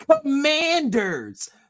Commanders